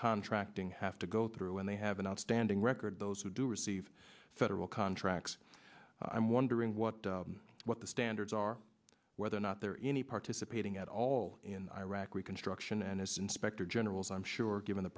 contracting have to go through when they have an outstanding record those who do receive federal contracts i'm wondering what what the standards are whether or not they're any participating at all in iraq reconstruction and as inspector generals i'm sure given the